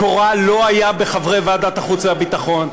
מקורה לא היה בחברי ועדת החוץ והביטחון.